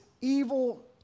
evil